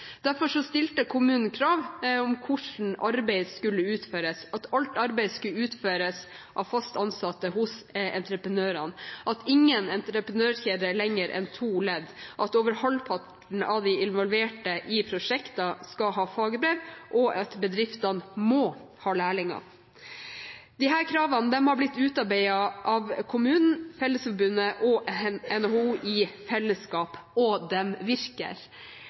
Derfor stilte kommunen krav om hvordan arbeidet skulle utføres, at alt arbeid skal utføres av fast ansatte hos entreprenørene, at ingen entreprenørkjede er lengre enn to ledd, at over halvparten av de involverte i prosjektene skal ha fagbrev, og at bedriftene må ha lærlinger. Disse kravene er utarbeidet av kommunen, Fellesforbundet og NHO i fellesskap, og de virker.